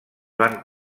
van